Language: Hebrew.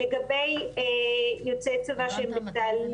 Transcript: לגבי יוצאי צבא שהם בתהליך